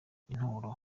inturo